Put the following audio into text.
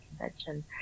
Convention